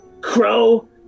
Crow